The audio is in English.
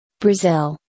Brazil